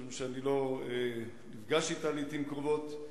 משום שאני לא נפגש אתה לעתים קרובות: